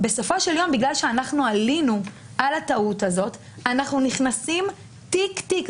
בסופו של יום בגלל שאנחנו עלינו על הטעות הזאת אנחנו נכנסים תיק-תיק.